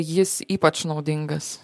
jis ypač naudingas